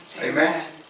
Amen